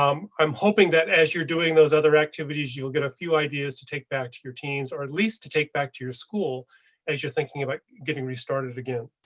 um i'm hoping that as you're doing those other activities, you'll get a few ideas to take back to your teams, or at least to take back to your school as you're thinking about getting restarted again.